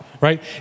right